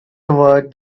toward